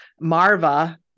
Marva